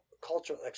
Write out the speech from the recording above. cultural